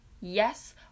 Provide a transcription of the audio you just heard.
yes